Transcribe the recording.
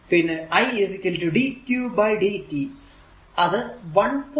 പിന്നെ i dqdt അത് 1